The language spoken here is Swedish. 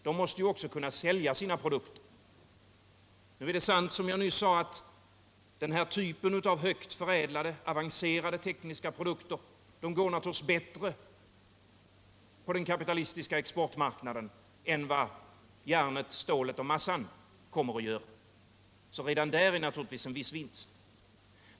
De måste ju också kunna sälja sina produkter. Nu är det sant, som jag nyss sade, att den här typen av högt förädlade, avancerade tekniska produkter går bättre på den kapitalistiska exportmarknaden än vad järnet, stålet och massan kommer att göra, så redan där är det naturligtvis en viss vinst.